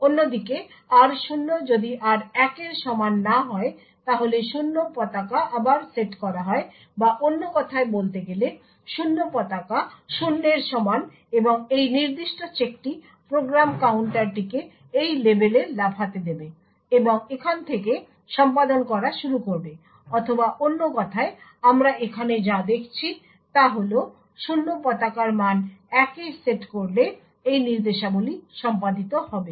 অন্যদিকে r0 যদি r1 এর সমান না হয় তাহলে 0 পতাকা আবার সেট করা হয় বা অন্য কথায় বলতে গেলে 0 পতাকা 0 এর সমান এবং এই নির্দিষ্ট চেকটি প্রোগ্রাম কাউন্টারটিকে এই লেবেলে লাফাতে দেবে এবং এখান থেকে সম্পাদন করা শুরু করবে অথবা অন্য কথায় আমরা এখানে যা দেখছি তা হল 0 পতাকার মান 1 এ সেট করলে এই নির্দেশাবলী সম্পাদিত হবে